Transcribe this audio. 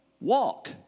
walk